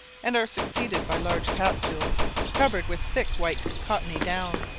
and are succeeded by large capsules covered with thick white cottony down.